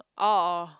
oh oh